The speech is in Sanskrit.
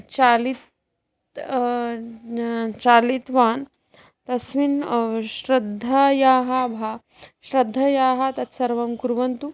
चालिताः चालितवान् तस्मिन् श्रद्धायाः भा श्रद्धया तत्सर्वं कुर्वन्तु